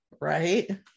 right